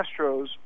Astros